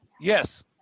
yes